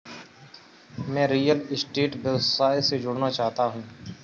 मैं real estate व्यवसाय से जुड़ना चाहता हूँ